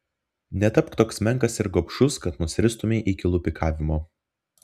netapk toks menkas ir gobšus kad nusiristumei iki lupikavimo